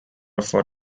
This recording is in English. for